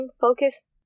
focused